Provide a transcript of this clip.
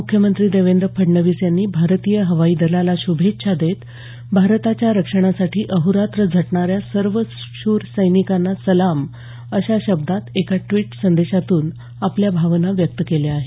मुख्यमंत्री देवेंद्र फडणवीस यांनी भारतीय हवाई दलाला श्भेच्छा देत भारताच्या रक्षणासाठी अहोरात्र झटणाऱ्या सर्व शूर जवानांना सलाम अशा शब्दात एका ड्विटसंदेशातून आपल्या या भावना व्यक्त केल्या आहेत